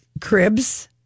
Cribs